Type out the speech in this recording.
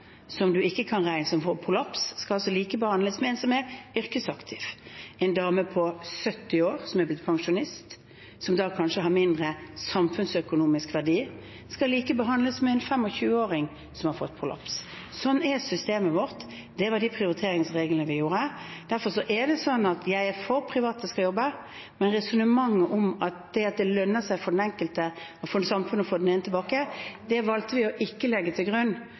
som får prolaps, skal likebehandles med en som er yrkesaktiv. En dame på 70 år som er blitt pensjonist, som da kanskje har mindre samfunnsøkonomisk verdi, skal likebehandles med en 25-åring som har fått prolaps. Sånn er systemet vårt. Det var de prioriteringsreglene vi lagde. Derfor er det sånn at jeg er for at private skal jobbe, men resonnementet om at det lønner seg for samfunnet å få den enkelte tilbake, valgte vi ikke å legge til grunn